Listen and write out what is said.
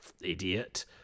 idiot